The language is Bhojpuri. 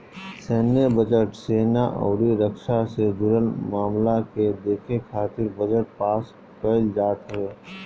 सैन्य बजट, सेना अउरी रक्षा से जुड़ल मामला के देखे खातिर बजट पास कईल जात हवे